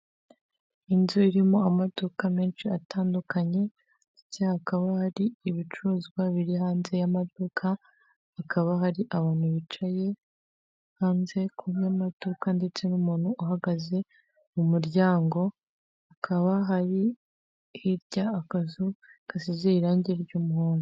Inzu irimo amaduka menshi atandukanye, ndetse hakaba hari ibicuruzwa biri hanze y'amaduka. Hakaba hari abantu bicaye hanze kumwe n'iduka ndetse n'umuntu uhagaze mu muryango. Hakaba hari hirya akazu gasize irangi ry'umuhondo.